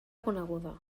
coneguda